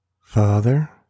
Father